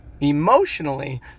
emotionally